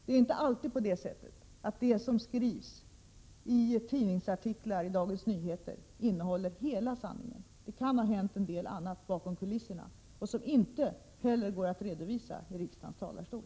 Det är inte alltid på det sättet att det som skrivs i tidningsartiklar i Dagens Nyheter innehåller hela sanningen. Det kan ha hänt en del annat bakom kulisserna, som inte går att redovisa i riksdagens talarstol.